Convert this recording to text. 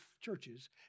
churches